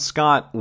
Scott